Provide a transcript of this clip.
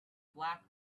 black